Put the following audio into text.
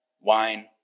wine